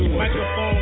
microphone